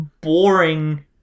boring